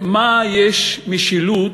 במה יש משילות,